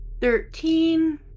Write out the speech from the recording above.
Thirteen